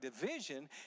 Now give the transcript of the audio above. division